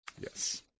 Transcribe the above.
Yes